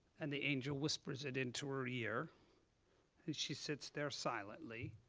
and the angel whispers it into her ear and she sits there silently.